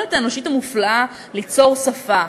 היכולת האנושית המופלאה ליצור שפה,